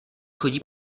chodí